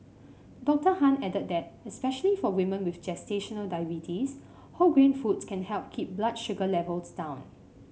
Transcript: Doctor Han added that especially for women with gestational diabetes whole grain foods can help keep blood sugar levels down